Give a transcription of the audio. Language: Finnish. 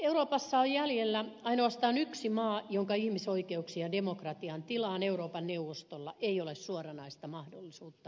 euroopassa on jäljellä ainoastaan yksi maa jonka ihmisoikeuksien ja demokratian tilaan euroopan neuvostolla ei ole suoranaista mahdollisuutta puuttua